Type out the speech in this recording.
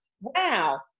Wow